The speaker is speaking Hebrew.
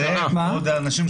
מכובדיי,